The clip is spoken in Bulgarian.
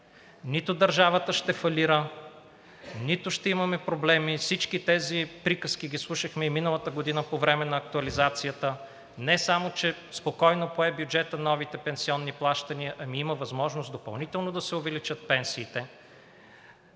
Нито държавата ще фалира, нито ще имаме проблеми. Всички тези приказки ги слушахме и миналата година по време на актуализацията. Не само че спокойно бюджетът пое новите пенсионни плащания, но има възможност допълнително да се увеличат пенсиите.